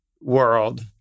world